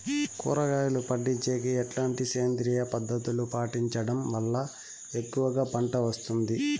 కూరగాయలు పండించేకి ఎట్లాంటి సేంద్రియ పద్ధతులు పాటించడం వల్ల ఎక్కువగా పంట వస్తుంది?